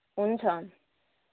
हुन्छ हुन्छ